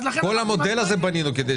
אגב, בסדר, בנינו מדרג של